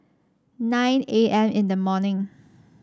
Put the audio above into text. nine A M in the morning